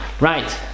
Right